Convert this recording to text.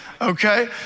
Okay